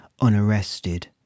unarrested